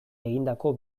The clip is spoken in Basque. egindako